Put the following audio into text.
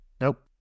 Nope